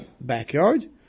backyard